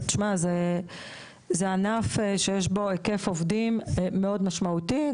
זה ענף שיש בו היקף עובדים מאוד משמעותי.